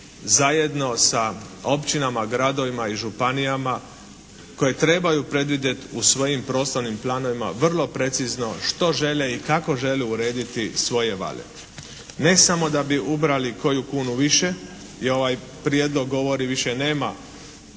zajedno sa općinama, gradovima i županijama koje trebaju predvidjeti u svojim prostornim planovima vrlo precizno što žele i kako žele urediti svoje vale? Ne samo da bi ubrali koju kunu više i ovaj prijedlog govori više nema